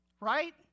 right